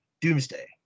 Doomsday